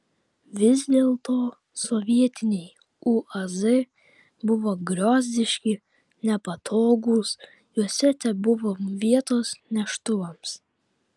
vis dėlto sovietiniai uaz buvo griozdiški nepatogūs juose tebuvo vietos neštuvams